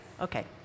Okay